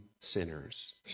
sinners